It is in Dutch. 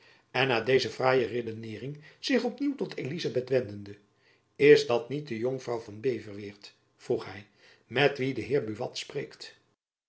en na deze fraaie redeneering zich op nieuw tot elizabeth wendende is dat niet de jonkvrouw van beverweert vroeg hy met wie de heer buat spreekt